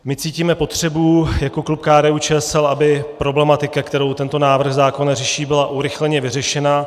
My cítíme potřebu jako klub KDUČSL, aby problematika, kterou tento návrh zákona řeší, byla urychleně vyřešena.